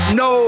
no